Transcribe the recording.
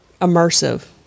immersive